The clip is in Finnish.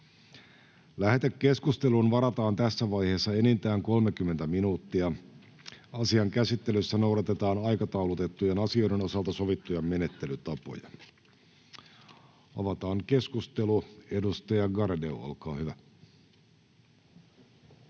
Lähetekeskusteluun varataan tässä vaiheessa enintään 30 minuuttia. Asian käsittelyssä noudatetaan aikataulutettujen asioiden osalta sovittuja menettelytapoja. — Avataan keskustelu. Edustaja Garedew, olkaa hyvä.